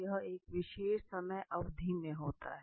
यह एक विशेष समय अवधि में होता हैं